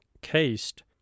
cased